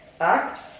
act